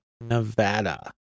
Nevada